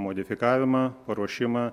modifikavimą paruošimą